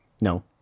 No